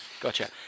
Gotcha